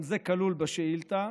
גם זה כלול בשאילתה,